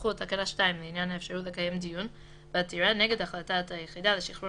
תחול תקנה 2 לעניין האפשרות לקיים דיון בעתירה נגד החלטת היחידה לשחרור